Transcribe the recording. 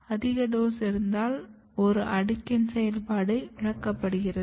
அதிக டோஸ் இருந்தால் ஒரு அடுக்கின் செயல்பாடு இழக்கப்படுகிறது